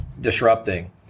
disrupting